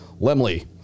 Lemley